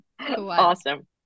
Awesome